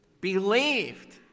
believed